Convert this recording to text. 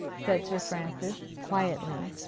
said sir francis, quietly.